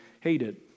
hated